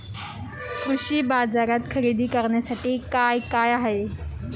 कृषी बाजारात खरेदी करण्यासाठी काय काय आहे?